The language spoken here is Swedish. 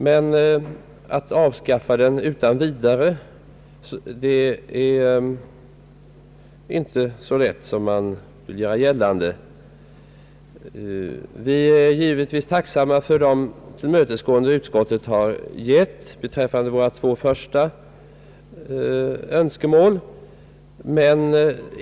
Men att avskaffa den utan vidare är inte så lätt som man vill göra gällande. Vi är givetvis tacksamma för det tillmötesgående som utskottet har visat beträffande våra två första önskemål.